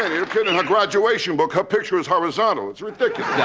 you kiddin'. her graduation book, her picture is horizontal, it's ridiculous.